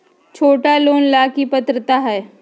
छोटा लोन ला की पात्रता है?